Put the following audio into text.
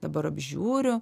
dabar apžiūriu